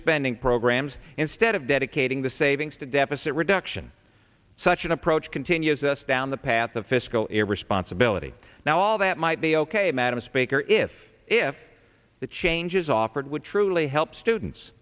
spending programs instead of dedicating the savings to deficit reduction such an approach continues us down the path of fiscal irresponsibility now all that might be ok madam speaker if if the changes offered would truly help students